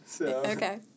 Okay